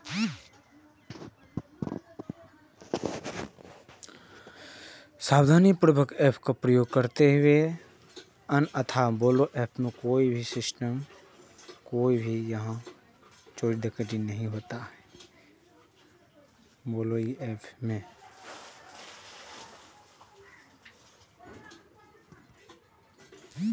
एकर अलावे मुर्गी कें अनेक तरहक रोग होइ के आशंका सेहो रहै छै